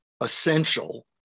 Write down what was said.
essential